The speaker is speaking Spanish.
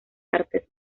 artes